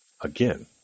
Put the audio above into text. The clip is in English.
again